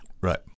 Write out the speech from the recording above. Right